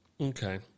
Okay